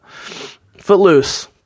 footloose